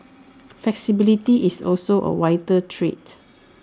flexibility is also A vital trait